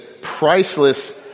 priceless